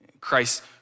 Christ